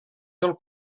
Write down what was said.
del